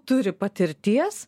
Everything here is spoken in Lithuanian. turi patirties